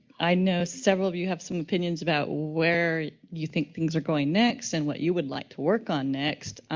i know several of you have some opinions about where you think things are going next and what you would like to work on next.